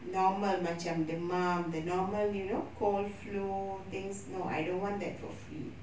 normal macam demam macam the normal you know cold flu things no I don't want that for free